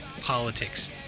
politics